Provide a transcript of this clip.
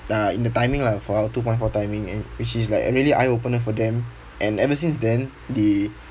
uh in the timing lah for our two point four timing and which is like a really eye-opener for them and ever since then they